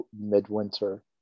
midwinter